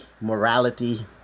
morality